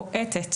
בועטת,